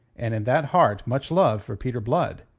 and in that heart much love for peter blood.